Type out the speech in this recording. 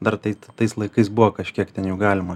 dar tai tais laikais buvo kažkiek ten jų galima